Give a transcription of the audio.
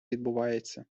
відбувається